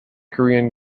korean